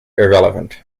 irrelevant